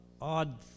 odd